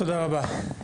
תודה רבה.